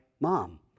mom